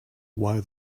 why